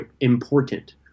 important